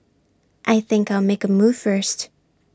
I think I'll make A move first